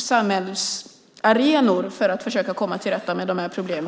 samhällsarenor för att försöka komma till rätta med problemen.